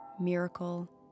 miracle